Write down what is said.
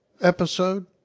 episode